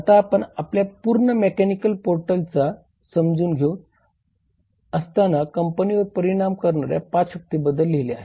आता आपण आपल्या पूर्ण मेकॅनिकल पोर्टरला समजून घेत असताना कंपनीवर परिणाम करणाऱ्या 5 शक्तींबद्दल लिहिले आहे